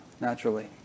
naturally